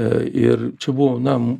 a ir čia buvo na